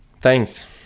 Thanks